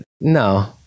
no